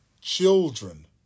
Children